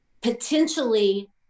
potentially